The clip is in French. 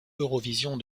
eurovision